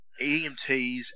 EMTs